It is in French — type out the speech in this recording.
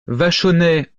vachonnet